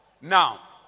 Now